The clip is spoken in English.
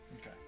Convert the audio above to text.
Okay